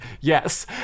yes